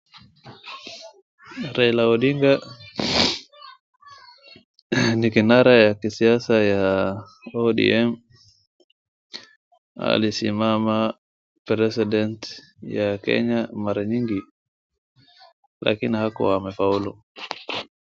Raila Odinga ni kinara ya kisiasa ya Odm. Alisimama president ya Kenya mara nyingi lakini hakuwa amefaulu.